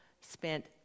spent